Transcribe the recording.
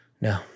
No